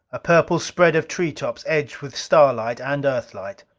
a purple spread of treetops edged with starlight and earthlight.